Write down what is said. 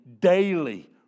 daily